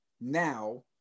now